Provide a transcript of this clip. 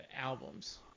albums